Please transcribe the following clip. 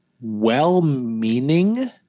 well-meaning